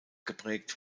geprägt